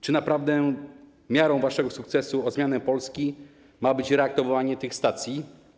Czy naprawdę miarą waszego sukcesu w zmienianiu Polski ma być reaktywowanie tych stacji?